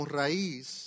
raíz